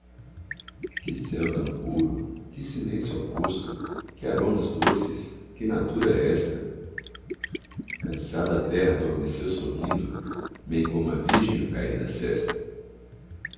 céu tão puro que silêncio augusto que aromas doces que natura esta cansada a terra adormeceu sorrindo bem como a virgem no cair da sesta